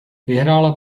vyhrála